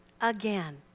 again